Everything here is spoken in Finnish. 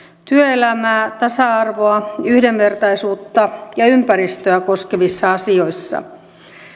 työelämää tasa arvoa yhdenvertaisuutta ja ympäristöä koskevissa asioissa